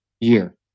year